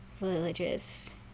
religious